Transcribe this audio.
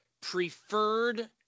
preferred